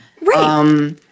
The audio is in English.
Right